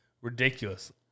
Ridiculous